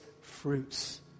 fruits